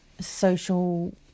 social